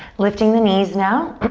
lifting the knees now.